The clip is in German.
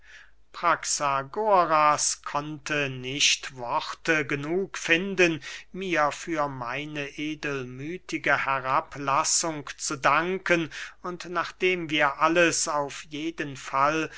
praxagoras konnte nicht worte genug finden mir für meine edelmüthige herablassung zu danken und nachdem wir alles auf jeden fall